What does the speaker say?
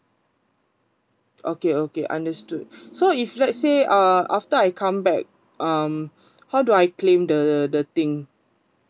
okay okay understood so if let's say uh after I come back um how do I claim the the thing